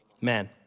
Man